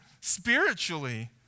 spiritually